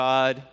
God